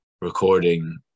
recording